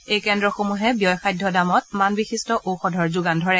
এই কেন্দ্ৰসমূহে ব্যয়সাধ্য দামত মানবিশিষ্ট ঔষধৰ যোগান ধৰে